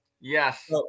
Yes